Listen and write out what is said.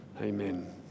Amen